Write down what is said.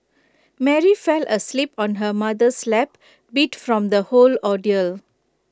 Mary fell asleep on her mother's lap beat from the whole ordeal